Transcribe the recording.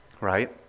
right